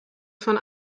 von